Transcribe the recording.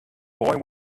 boy